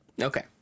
Okay